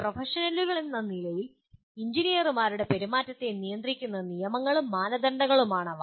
പ്രൊഫഷണലുകളെന്ന നിലയിൽ എഞ്ചിനീയർമാരുടെ പെരുമാറ്റത്തെ നിയന്ത്രിക്കുന്ന നിയമങ്ങളും മാനദണ്ഡങ്ങളുമാണ് അവ